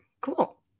Cool